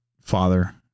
father